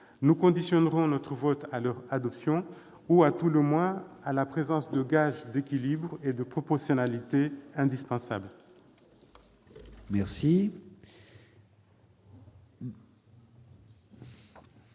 Nous conditionnerons notre vote à leur adoption ou, à tout le moins, à la présence de gages d'équilibre et de proportionnalité indispensables. La